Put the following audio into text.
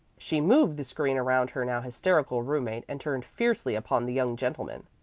she moved the screen around her now hysterical roommate and turned fiercely upon the young gentleman.